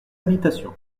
habitation